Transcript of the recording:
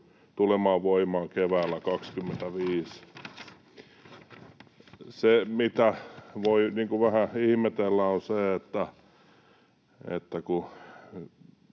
tulemaan voimaan keväällä 25. Se, mitä voi vähän ihmetellä, on se, että kun